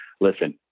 listen